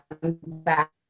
back